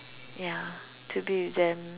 ya to be with them